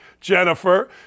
Jennifer